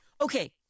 Okay